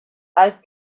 als